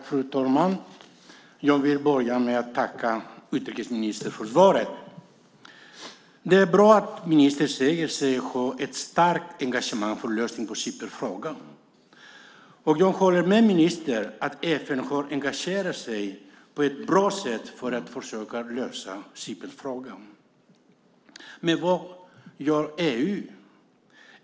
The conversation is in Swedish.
Fru talman! Jag vill börja med att tacka utrikesministern för svaret. Det är bra att ministern säger sig ha ett starkt engagemang för lösningen av Cypernfrågan. Jag håller med ministern om att FN har engagerat sig på ett bra sätt för att försöka lösa Cypernfrågan. Men vad gör EU?